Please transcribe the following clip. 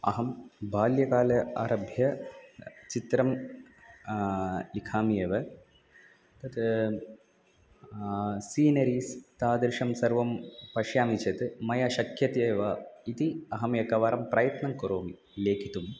अहं बाल्यकालारभ्य चित्रं लिखामि एव तत् सीनेरीस् तादृशं सर्वं पश्यामि चेत् मया शक्यते एव इति अहमेकवारं प्रयत्नं करोमि लेखितुम्